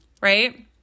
right